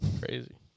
Crazy